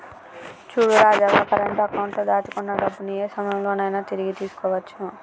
చూడు Rajavva current account లో దాచుకున్న డబ్బుని ఏ సమయంలో నైనా తిరిగి తీసుకోవచ్చు